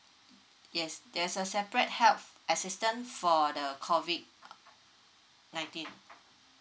yes there's a separate helps assistant for the COVID nineteen